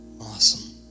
Awesome